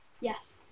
Yes